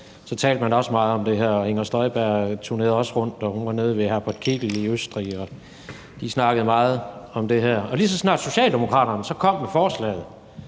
talte man også meget om det her, og Inger Støjberg turnerede også rundt, og hun var nede ved Herbert Kickl i Østrig, og de snakkede meget om det her. Og lige så snart Socialdemokraterne så kom med deres